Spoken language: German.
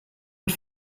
und